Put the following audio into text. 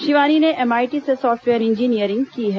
शिवानी ने एमआईटी से software engineering की है